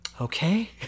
Okay